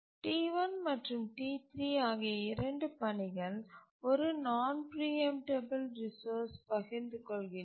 T1 மற்றும் T3 ஆகிய இரண்டு பணிகள் ஒரு நான்பிரீஎம்டபல் ரிசோர்ஸ்சை பகிர்ந்து கொள்கின்றன